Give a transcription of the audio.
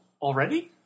already